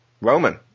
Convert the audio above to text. Roman